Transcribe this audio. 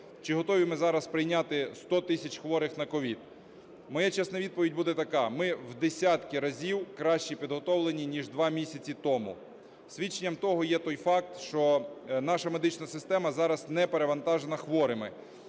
чи готові ми зараз прийняти 100 тисяч хворих на COVID? Моя чесна відповідь буде така: ми в десятки разів краще підготовлені? ніж два місяці тому. Свідченням того є той факт, що наша медична система зараз не перенавантажена хворими.